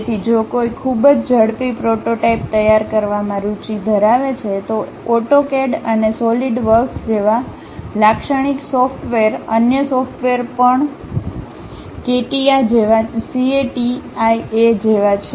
તેથી જો કોઈ ખૂબ જ ઝડપી પ્રોટોટાઇપ તૈયાર કરવામાં રુચિ ધરાવે છે તો AutoCAD અને સોલિડ વર્ક્સ જેવા લાક્ષણિક સોફ્ટવેર અન્ય સોફ્ટવેર પણ CATIA જેવા છે